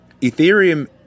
Ethereum